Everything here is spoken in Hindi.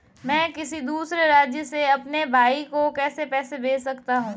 मैं किसी दूसरे राज्य से अपने भाई को पैसे कैसे भेज सकता हूं?